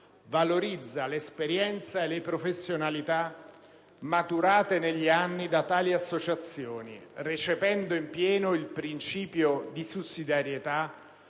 valorizza l'esperienza e le professionalità maturate negli anni da tali associazioni, recependo in pieno il principio di sussidiarietà,